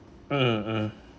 hmm mm